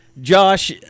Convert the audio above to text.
Josh